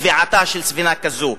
טביעתה של ספינה כזאת.